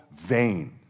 vain